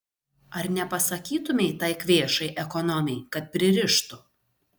ar nepasakytumei tai kvėšai ekonomei kad pririštų